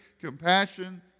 compassion